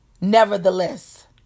Nevertheless